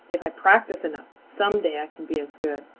if i practice enough, some day i can be as good.